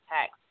tax